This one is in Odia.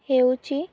ହେଉଛି